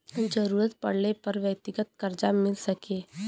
जरूरत पड़ले पर व्यक्तिगत करजा मिल सके